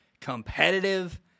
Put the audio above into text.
competitive